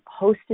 hosted